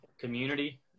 community